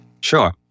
Sure